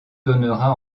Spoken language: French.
donnera